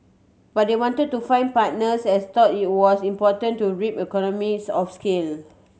but they wanted to find partners as thought it was important to reap economies of scale